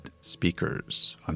speakers